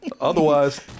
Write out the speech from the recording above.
Otherwise